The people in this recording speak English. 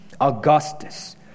Augustus